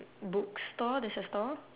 bookstore there's a store